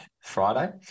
Friday